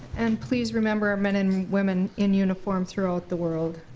and please remember our men and women in uniform throughout the world.